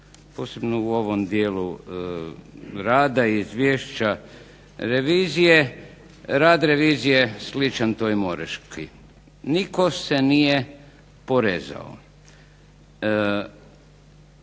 posebno u ovom dijelu rada izvješća revizije rad revizije sličan toj Moreški. Nitko se nije porezao.